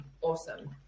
Awesome